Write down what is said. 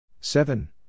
Seven